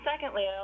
secondly